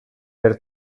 per